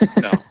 No